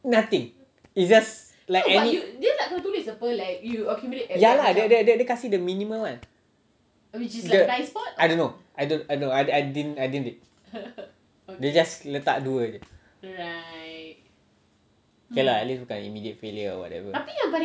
nothing it's just like any ya lah dia dia dia kasi the minimum one I don't know I don't know I I didn't read they just letak dua jer okay lah at least bukan immediate failure or whatever